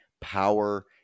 power